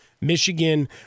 Michigan